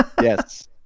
Yes